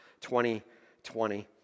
2020